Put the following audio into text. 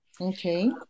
Okay